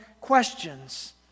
questions